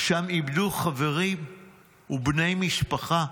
שם איבדו חברים ובני משפחה".